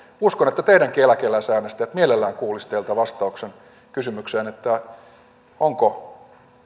uskon että teidänkin eläkeläisäänestäjänne mielellään kuulisivat teiltä vastauksen kysymykseen onko